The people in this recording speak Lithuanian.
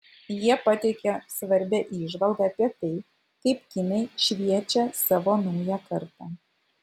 jie pateikia svarbią įžvalgą apie tai kaip kinai šviečia savo naują kartą